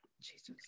Jesus